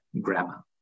grammar